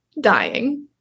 dying